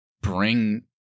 bring